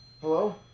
Hello